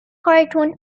cartoon